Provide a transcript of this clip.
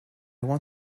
want